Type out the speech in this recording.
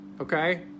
okay